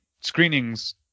screenings